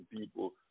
people